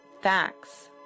facts